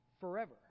forever